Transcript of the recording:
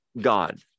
God